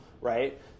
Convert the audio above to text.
right